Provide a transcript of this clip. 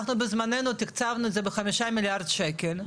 אנחנו, בזמננו תקצבנו את זה בחמישה מיליארד שקל,